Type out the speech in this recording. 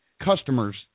customers